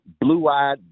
blue-eyed